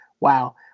wow